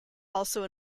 also